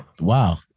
Wow